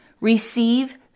receive